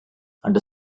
under